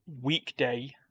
weekday